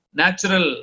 natural